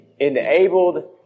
enabled